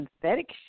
synthetic